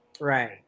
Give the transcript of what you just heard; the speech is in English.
right